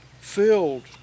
filled